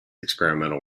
experimental